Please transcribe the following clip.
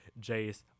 jace